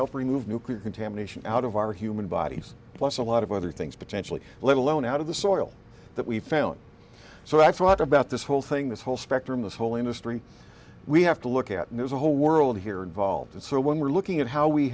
help remove nuclear contamination out of our human bodies plus a lot of other things potentially let alone out of the soil that we found so i thought about this whole thing this whole spectrum this whole industry we have to look at and there's a whole world here involved and so when we're looking at how we